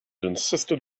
insisted